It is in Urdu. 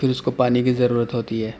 پھر اس کو پانی کی ضرورت ہوتی ہے